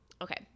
Okay